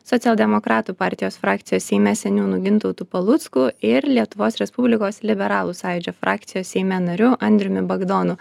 socialdemokratų partijos frakcijos seime seniūnu gintautu palucku ir lietuvos respublikos liberalų sąjūdžio frakcijos seime nariu andriumi bagdonu